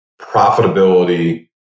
profitability